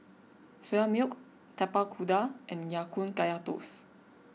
Soya Milk Tapak Kuda and Ya Kun Kaya Toast